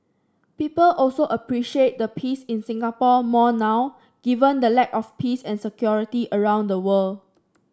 people also appreciate the peace in Singapore more now given the lack of peace and security around the world